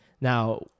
Now